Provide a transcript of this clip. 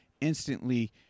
instantly